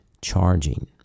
charging